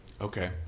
Okay